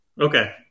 okay